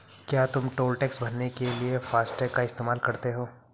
क्या तुम toll tax भरने के लिए फासटेग का इस्तेमाल करते हो?